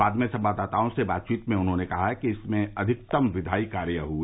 बाद में संवाददाताओं से बातचीत में उन्होंने कहा कि इसमें अधिकतम विधायी कार्य हुए